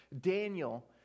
Daniel